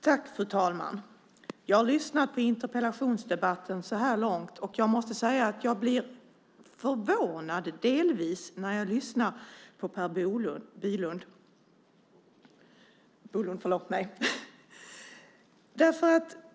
Fru talman! Jag har lyssnat till interpellationsdebatten så här långt, och jag måste säga att jag blir förvånad, delvis när jag lyssnar på Per Bolund.